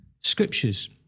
Scriptures